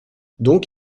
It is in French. donc